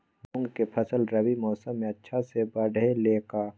मूंग के फसल रबी मौसम में अच्छा से बढ़ ले का?